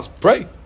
Pray